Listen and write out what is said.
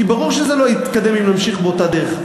כי ברור שזה לא יתקדם אם נמשיך באותה הדרך.